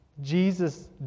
Jesus